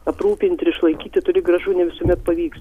aprūpint ir išlaikyti toli gražu ne visuomet pavyks